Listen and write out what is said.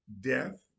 death